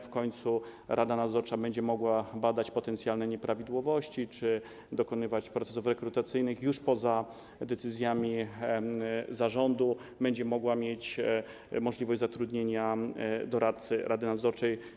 W końcu rada nadzorcza będzie mogła badać potencjalne nieprawidłowości czy dokonywać procesów rekrutacyjnych już poza decyzjami zarządu, będzie miała możliwość zatrudnienia doradcy rady nadzorczej.